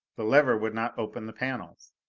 the lever would not open the panels!